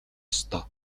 ёстой